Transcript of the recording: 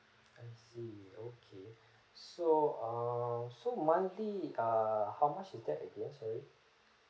I see okay so err so monthly err how much is that again sorry